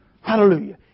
Hallelujah